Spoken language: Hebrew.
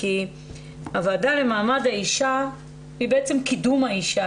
כי הוועדה למעמד האשה היא בעצם קידום האשה,